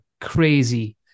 crazy